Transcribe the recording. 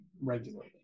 regularly